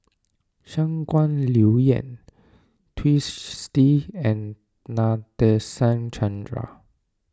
Shangguan Liuyun Twisstii and Nadasen Chandra